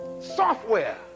software